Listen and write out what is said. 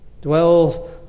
Dwells